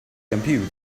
compute